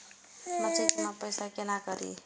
मासिक जमा पैसा केना करी?